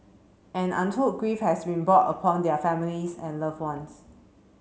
and untold grief has been brought upon their families and loved ones